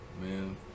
Man